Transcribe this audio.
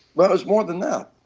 well, it's more than that.